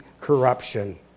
corruption